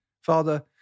Father